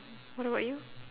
what about you